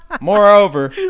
Moreover